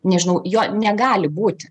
nežinau jo negali būti